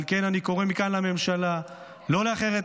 על כן אני קורא מכאן לממשלה לא לאחר את